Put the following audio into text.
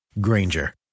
Granger